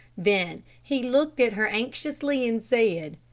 then he looked at her anxiously, and said,